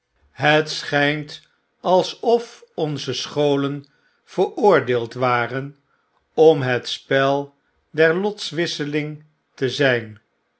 het schynt alsof onze scholen veroordeeld waren om het spel der lotwisseling te zijn